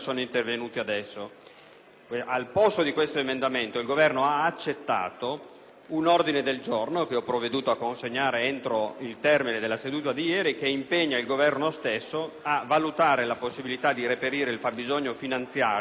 un ordine del giorno, che ho provveduto a consegnare entro il termine della seduta di ieri, che impegna il Governo stesso a valutare la possibilità di reperire il fabbisogno finanziario necessario agli interventi descritti in precedenza dalle risorse